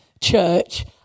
church